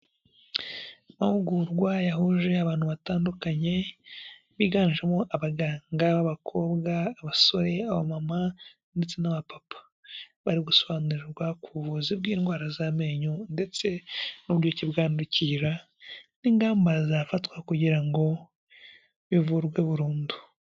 Amahugurwa yahuje abantu batandukanye biganjemo abaganga b'abakobwa, abasore, abamama ndetse n'abapapa bari gusobanurirwa ku buvuzi bw'indwara z'amenyo ndetse n'uburyo ki bwandukira n'ingamba zafatwa kugira ngo bivurwe burundu.